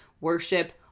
worship